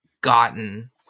gotten